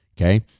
okay